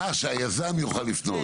אה, שהיזם יוכל לפנות.